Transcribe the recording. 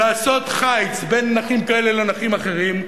לעשות חיץ בין נכים כאלה לנכים אחרים,